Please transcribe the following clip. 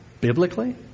biblically